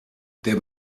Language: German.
der